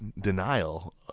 denial